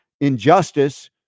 injustice